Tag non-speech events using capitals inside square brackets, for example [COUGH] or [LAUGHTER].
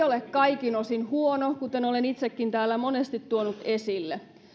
[UNINTELLIGIBLE] ole kaikin osin huono kuten olen itsekin täällä monesti tuonut esille